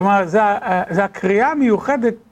כלומר, זו הקריאה המיוחדת.